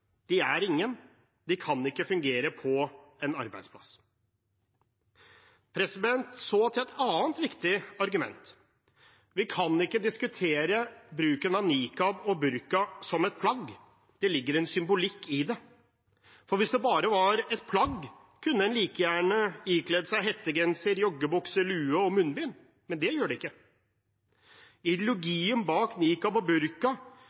de er ingen, de kan ikke fungere på en arbeidsplass. Så til et annet viktig argument: Vi kan ikke diskutere bruken av nikab og burka som et plagg. Det ligger en symbolikk i det, for hvis det bare var et plagg, kunne en like gjerne ikledd seg hettegenser, joggebukse, lue og munnbind, men det gjør en ikke. Ideologien bak nikab og burka